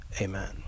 amen